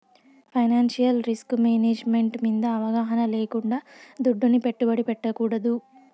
financial risk management మింద అవగాహన లేకుండా దుడ్డుని పెట్టుబడి పెట్టకూడదు